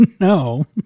No